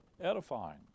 edifying